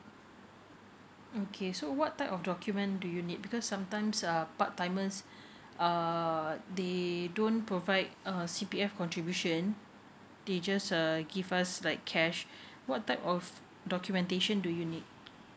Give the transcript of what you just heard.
okay so what type of document do you need because sometimes uh part timers uh they don't provide uh C_P_F contribution they just err give us like cash what type of documentation do you need